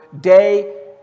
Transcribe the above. day